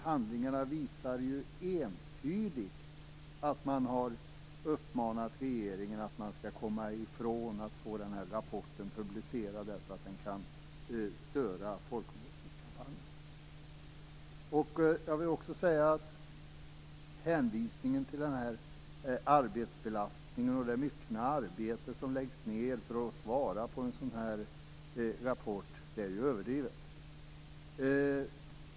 Handlingarna visar entydigt att man har uppmanat regeringen att komma ifrån att rapporten publiceras därför att den kan störa folkomröstningskampanjen. Påståendet om arbetsbelastningen och det myckna arbete som läggs ned för att svara på en sådan här rapport är överdrivet.